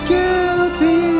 guilty